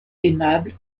aimable